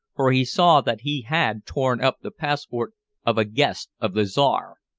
for he saw that he had torn up the passport of a guest of the czar,